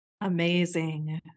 Amazing